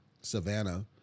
Savannah